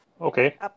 Okay